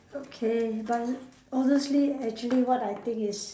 okay but honestly actually what I think is